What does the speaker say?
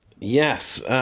Yes